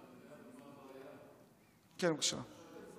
כן, בבקשה.